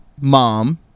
Mom